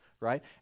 right